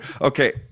Okay